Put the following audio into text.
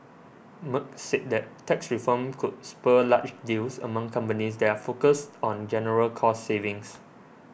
Merck said that tax reform could spur large deals among companies that are focused on general cost savings